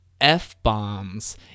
F-bombs